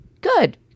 good